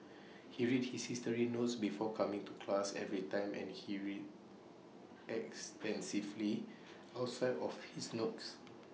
he read his history notes before coming to class every time and he read extensively outside of his notes